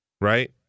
right